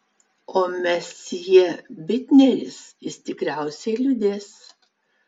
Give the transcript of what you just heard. o mesjė bitneris jis tikriausiai liūdės